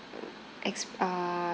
exp~ uh